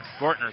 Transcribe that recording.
Gortner